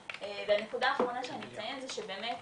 ונקודה אחרונה שאני אציין זה שבאמת